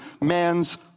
man's